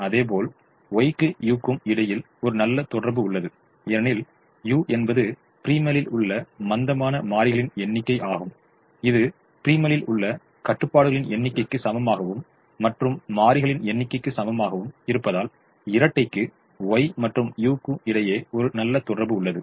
அதேபோல் Y க்கும் U க்கும் இடையில் ஒரு நல்ல தொடர்பு உள்ளது ஏனெனில் U என்பது ப்ரிமலில் உள்ள மந்தமான மாறிகளின் எண்ணிக்கை ஆகும் இது ப்ரிமலில் உள்ள கட்டுப்பாடுகளின் எண்ணிக்கைக்கு சமமாகவும் மற்றும் மாறிகளின் எண்ணிக்கைக்கு சமமாகவும் இருப்பதால் இரட்டைக்கு Y மற்றும் U க்கு இடையே ஒரு தொடர்பு உள்ளது